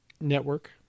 network